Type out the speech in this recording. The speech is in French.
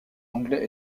anglais